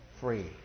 free